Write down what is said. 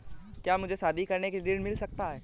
क्या मुझे शादी करने के लिए ऋण मिल सकता है?